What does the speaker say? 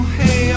hey